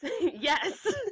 Yes